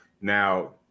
Now